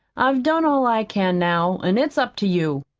i've done all i can now, an' it's up to you.